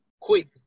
quick